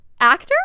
actor